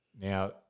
Now